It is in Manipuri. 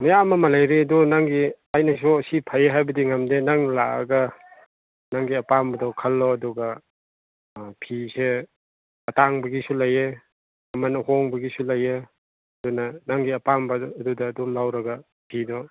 ꯃꯌꯥꯝ ꯑꯃ ꯂꯩꯔꯤ ꯑꯗꯨ ꯅꯪꯒꯤ ꯑꯩꯅꯁꯨ ꯁꯤ ꯐꯩ ꯍꯥꯏꯕꯗꯤ ꯉꯝꯗꯦ ꯅꯪ ꯂꯥꯛꯑꯒ ꯅꯪꯒꯤ ꯑꯄꯥꯝꯕꯗꯣ ꯈꯜꯂꯣ ꯑꯗꯨꯒ ꯐꯤꯁꯦ ꯑꯇꯥꯡꯕꯒꯤꯁꯨ ꯂꯩꯌꯦ ꯃꯃꯟ ꯑꯍꯣꯡꯕꯒꯤꯁꯨ ꯂꯩꯌꯦ ꯑꯗꯨꯅ ꯅꯪꯒꯤ ꯑꯄꯥꯝꯕꯗꯨ ꯑꯗꯨꯗ ꯑꯗꯨꯝ ꯂꯧꯔꯒ ꯐꯤꯗꯣ